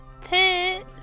pit